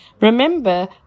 Remember